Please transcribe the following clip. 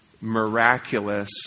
miraculous